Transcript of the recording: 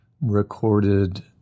recorded